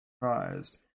surprised